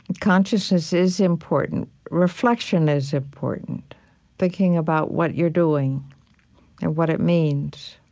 consciousness is important. reflection is important thinking about what you're doing and what it means